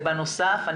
בנוסף,